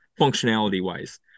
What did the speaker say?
functionality-wise